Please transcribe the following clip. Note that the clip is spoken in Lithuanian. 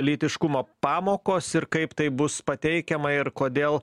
lytiškumo pamokos ir kaip tai bus pateikiama ir kodėl